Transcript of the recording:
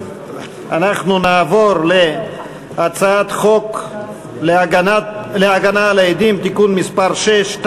אנחנו נעבור להצעת חוק להגנה על עדים (תיקון מס' 6),